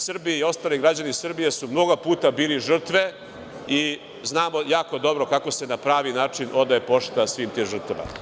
Srbija i ostali građani Srbije su mnogo puta bili žrtve i znamo jako dobro kako se na pravi način odaje pošta svim tim žrtvama.